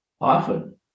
often